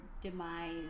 demise